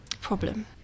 problem